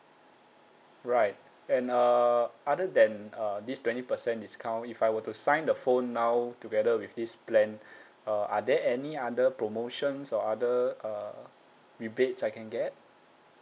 right and err other than uh this twenty percent discount if I were to sign the phone now together with this plan uh are there any other promotions or other uh rebates I can get